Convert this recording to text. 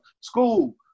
school